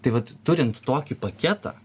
tai vat turint tokį paketą